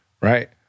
right